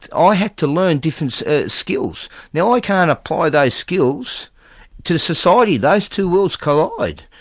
i had to learn different skills. now i can't apply those skills to society, those two worlds collide.